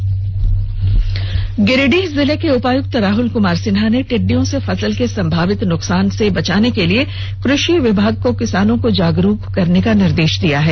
गिरिडीह टिडडा गिरिडीह जिले के उपायुक्त राहल कुमार सिन्हा ने टिड्डियों से फसल के सम्भावित नुकसान से बचाने के लिए कृषि विभाग को किसानों को जागरूक करने का निर्देष दिया है